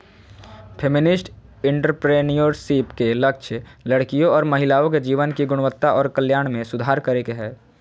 feminist entrepreneurship के लक्ष्य लड़कियों और महिलाओं के जीवन की गुणवत्ता और कल्याण में सुधार करे के हय